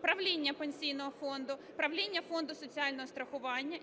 правління Пенсійного фонду, правління Фонду соціального страхування,